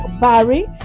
barry